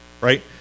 right